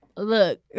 Look